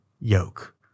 yoke